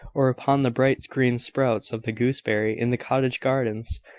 or upon the bright green sprouts of the gooseberry in the cottage gardens,